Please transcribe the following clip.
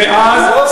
שתי מדינות,